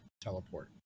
teleport